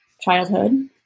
childhood